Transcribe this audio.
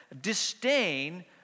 disdain